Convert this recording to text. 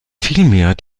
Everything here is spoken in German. vielmehr